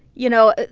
you know,